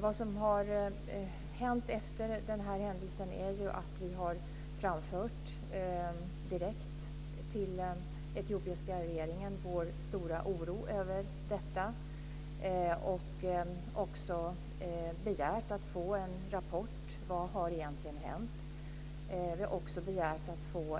Vad som har hänt efter den här händelsen är att vi direkt till den etiopiska regeringen har framfört vår stora oro över detta. Vi har också begärt att få en rapport om vad som egentligen har hänt. Vi har även begärt att få